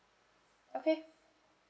okay